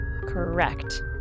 correct